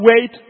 wait